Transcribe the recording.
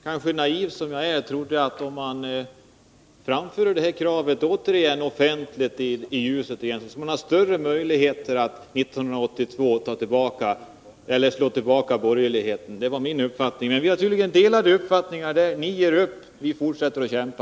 Fru talman! Naiv som jag kanske är trodde jag att om socialdemokraterna återigen offentligt förde fram det här kravet i ljuset, så skulle de ha större möjligheter att slå tillbaka borgerligheten 1982. Men vi har tydligen olika uppfattningar här: ni ger upp, men vi fortsätter att kämpa.